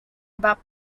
about